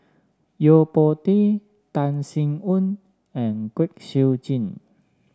Yo Po Tee Tan Sin Aun and Kwek Siew Jin